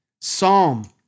Psalm